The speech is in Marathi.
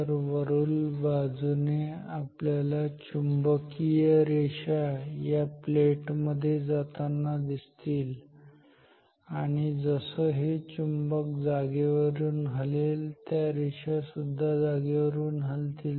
तर वरील बाजूने आपल्याला चुंबकीय क्षेत्राच्या रेषा या प्लेट मध्ये जाताना दिसतील आणि जसं हे चुंबक जागेवरून हलेल त्या रेषा सुद्धा जागेवरून हलतील